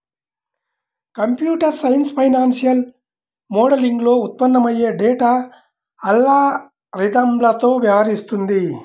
computer science financial మోడలింగ్లో ఉత్పన్నమయ్యే data అల్గారిథమ్లతో వ్యవహరిస్తుంది